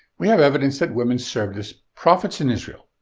we have evidence that women served as prophets in israel.